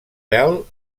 del